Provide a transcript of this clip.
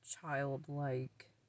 childlike